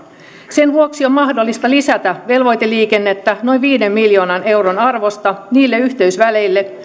sen vuoksi on mahdollista lisätä velvoiteliikennettä noin viiden miljoonan euron arvosta niille yhteysväleille